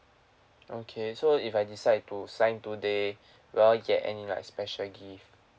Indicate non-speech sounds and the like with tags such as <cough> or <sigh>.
okay so if I decide to sign today <breath> will I get any like special gift